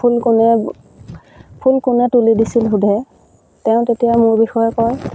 ফুল কোনে ফুল কোনে তুলি দিছিল সোধে তেওঁ তেতিয়া মোৰ বিষয়ে কয়